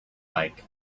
like